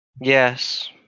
Yes